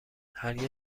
هرگز